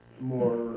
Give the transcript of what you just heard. More